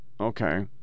okay